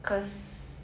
cause